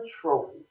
Trophy